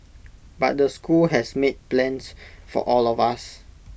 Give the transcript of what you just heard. but the school has made plans for all of us